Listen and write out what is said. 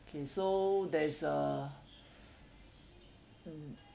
okay so there's a mm